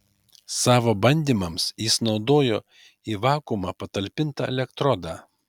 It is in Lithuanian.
savo bandymams jis naudojo į vakuumą patalpintą elektrodą